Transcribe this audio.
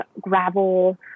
gravel